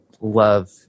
love